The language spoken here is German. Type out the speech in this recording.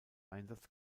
einsatz